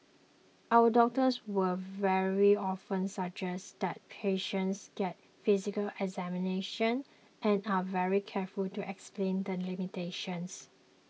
our doctors will very often suggest that patients get a physical examination and are very careful to explain the limitations